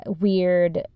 weird